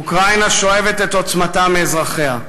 אוקראינה שואבת את עוצמתה מאזרחיה.